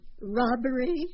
Robbery